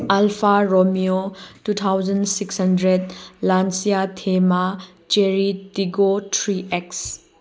alpha Romeo two thousand six hundred Lancia Thema chariot ꯇꯤꯒꯣꯠ three X